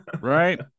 Right